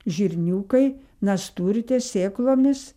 žirniukai nasturtės sėklomis